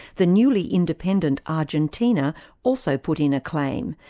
the newly independent argentina also put in a claim,